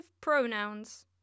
pronouns